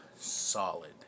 solid